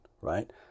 right